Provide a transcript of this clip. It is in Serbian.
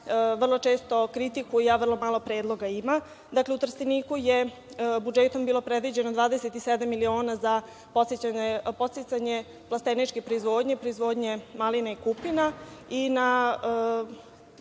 vrlo često kritikuje, a vrlo malo predloga ima. Dakle, u Trsteniku je budžetom bilo predviđeno 27 miliona za podsticanje plasteničke proizvodnje, proizvodnja maline i kupina. Na